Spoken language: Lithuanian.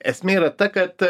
esmė yra ta kad